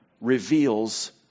reveals